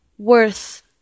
worth